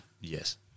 Yes